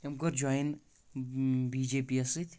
أمۍ کوٚر جوین بی جے پی یس سۭتۍ